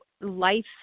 life